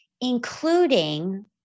including